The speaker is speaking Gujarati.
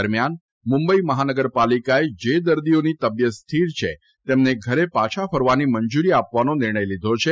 દરમ્યાન મુંબઇ મહાનગરપાલિકાએ જે દર્દીઓની તબિયત સ્થિર છે તેમને ઘરે પાછા ફરવાની મંજુરી આપવાનો નિર્ણય લીધો છે